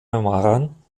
memoiren